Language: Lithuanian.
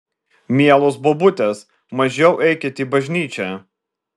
mielos bobutės mažiau eikit į bažnyčią